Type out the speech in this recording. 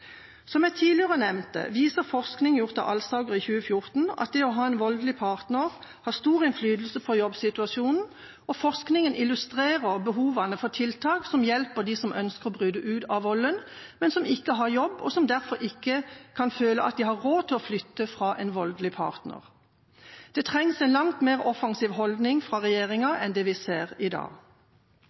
Som jeg tidligere nevnte, viser forskning gjort av Kjersti Alsaker i 2014 at det å ha en voldelig partner har stor innflytelse på jobbsituasjonen, og forskningen illustrerer behovene for tiltak som hjelper dem som ønsker å bryte ut av volden, men som ikke har jobb, og som derfor ikke kan føle at de har råd til å flytte fra en voldelig partner. Det trengs en langt mer offensiv holdning fra regjeringa enn det vi ser i dag.